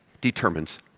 determines